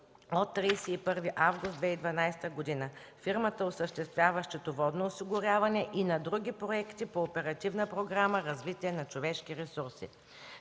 от 31 август 2012 г. Фирмата осъществява счетоводно осигуряване и на други проекти по Оперативна програма „Развитие на човешките ресурси”.